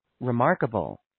remarkable